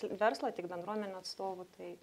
verslo tiek bendruomenių atstovų tai